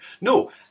No